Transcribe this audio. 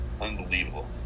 Unbelievable